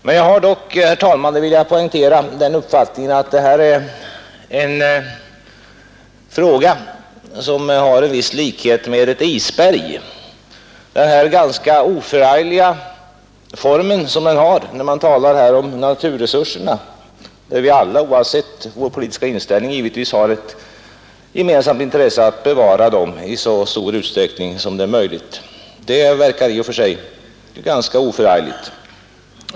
Men jag vill poängtera, herr talman, att jag har den uppfattningen att detta är en fråga som har en viss likhet med ett isberg. Den har en ganska oförarglig form när man talar om naturresurserna. Oavsett vår politiska inställning har vi givetvis alla ett gemensamt intresse av att bevara dem i så stor utsträckning som möjligt.